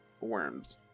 worms